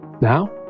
Now